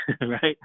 right